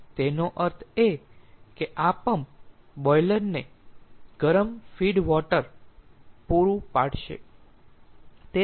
તેનો અર્થ એ કે આ પંપ બોઈલર ને ગરમ ફીડ વોટર પૂરૂ પાડશે